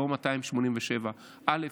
לא 287(א),